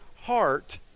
heart